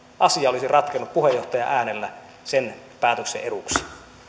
asia olisi ratkennut puheenjohtajan äänellä sen päätöksen eduksi